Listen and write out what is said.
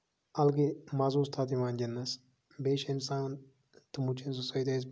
اَلگٕے مَزٕ اوس تَتھ یِوان گِنٛدنَس بیٚیہِ چھُ اِنسان تِمَو چیٖزَو سۭتۍ ٲسۍ